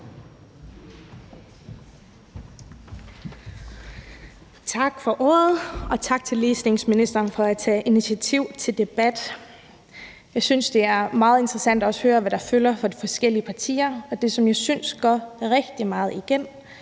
Tak for ordet, og tak til ligestillingsministeren for at tage initiativ til debatten. Jeg synes også, det er meget interessant at høre, hvad der fylder for de forskellige partier, og det, som jeg synes går rigtig meget igen,